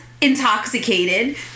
intoxicated